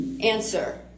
Answer